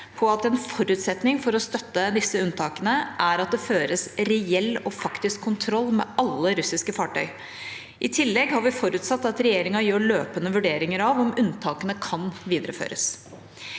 på at en forutsetning for å støtte disse unntakene er at det føres reell og faktisk kontroll med alle russiske fartøy. I tillegg har vi forutsatt at regjeringa gjør løpende vurderinger av om unntakene kan videreføres.